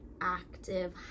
active